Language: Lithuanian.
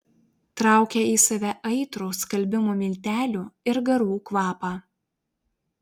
traukė į save aitrų skalbimo miltelių ir garų kvapą